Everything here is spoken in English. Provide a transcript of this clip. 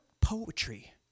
poetry